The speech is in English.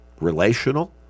relational